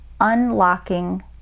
Unlocking